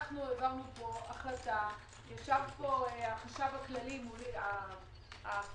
העברנו פה החלטה, יש פה החשב הכללי הקודם,